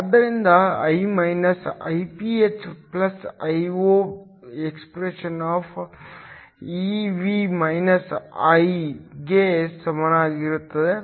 ಆದ್ದರಿಂದ I minus Iph Io expeV −1¿ಗೆ ಸಮನಾಗಿರುತ್ತೇನೆ